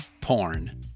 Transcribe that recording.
Porn